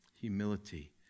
Humility